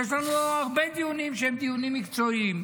יש לנו הרבה דיונים שהם דיונים מקצועיים,